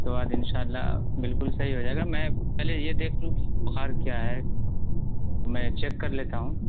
اس کے بعد ان شاء اللہ بالکل صحیح ہوجائے گا میں پہلے یہ دیکھوں بخار کیا ہے میں چیک کرلیتا ہوں